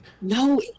No